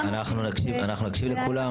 אנחנו, בהחלט, נקשיב לכולם.